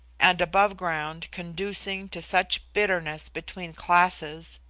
and above ground conducing to such bitterness between classes,